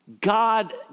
God